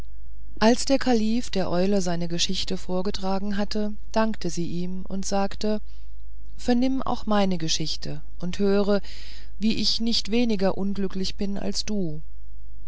als der kalif der eule seine geschichte vorgetragen hatte dankte sie ihm und sagte vernimm auch meine geschichte und höre wie ich nicht weniger unglücklich bin als du